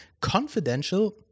confidential